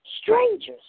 strangers